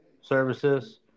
services